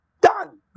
done